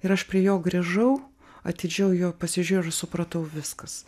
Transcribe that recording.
ir aš prie jo grįžau atidžiau jo pasižiūrėjaus supratau viskas